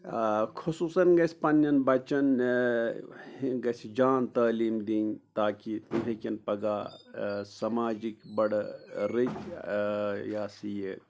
خصوٗصن گژھ پنٛنٮ۪ن بَچَن گَژھِ جان تعلیٖم دِنۍ تاکہ تِم ہیٚکن پَگاہ سماجِکۍ بَڈٕ رٕتۍ یِہ ہسا یہِ